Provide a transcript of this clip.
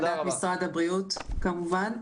בעמדת משרד הבריאות כמובן.